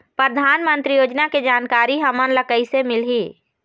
परधानमंतरी योजना के जानकारी हमन ल कइसे मिलही?